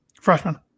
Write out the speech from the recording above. Freshman